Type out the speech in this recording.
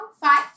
Five